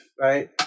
right